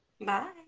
bye